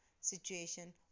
situation